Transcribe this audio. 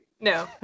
No